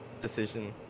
decision